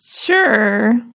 sure